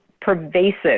pervasive